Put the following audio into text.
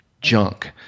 junk